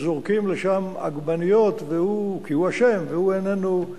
כשזורקים לשם עגבניות, כי הוא אשם, והוא איננו,